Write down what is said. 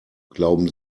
glauben